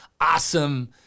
awesome